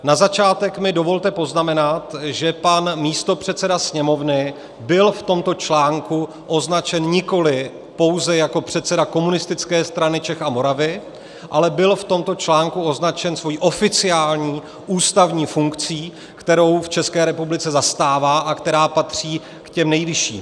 Na začátek mi dovolte poznamenat, že pan místopředseda Sněmovny byl v tomto článku označen nikoli pouze jako předseda Komunistické strany Čech a Moravy, ale byl v tomto článku označen svou oficiální ústavní funkcí, kterou v České republice zastává a která patří k těm nejvyšším.